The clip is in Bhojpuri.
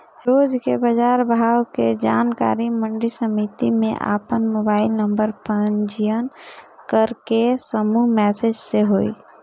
रोज के बाजार भाव के जानकारी मंडी समिति में आपन मोबाइल नंबर पंजीयन करके समूह मैसेज से होई?